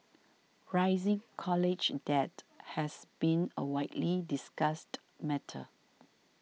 rising college debt has been a widely discussed matter